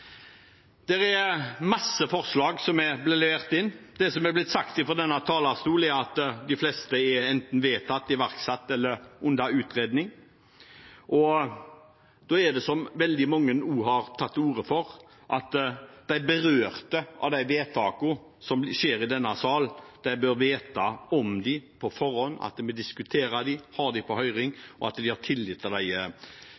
er en mengde forslag som er blitt levert inn. Det som er blitt sagt fra denne talerstolen, er at de fleste enten er vedtatt, iverksatt eller under utredning. Da er det slik som veldig mange også har tatt til orde for, at de som er berørt av de vedtakene som skjer i denne sal, på forhånd bør vite om dem – at vi diskuterer dem, har dem på